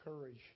courage